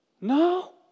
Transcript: No